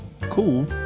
cool